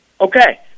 Okay